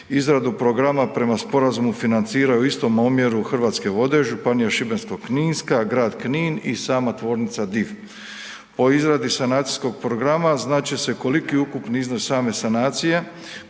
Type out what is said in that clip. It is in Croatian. Izradu programa prema sporazumu financiraju u istom omjeru Hrvatske vode, Županija Šibensko-kninska, grad Knin i sama tvornica Div. Po izradi sanacijskog programa znat će se koliki je ukupni iznos same sanacije,